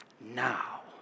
now